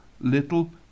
little